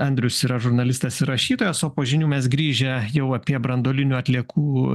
andrius yra žurnalistas ir rašytojas o po žinių mes grįžę jau apie branduolinių atliekų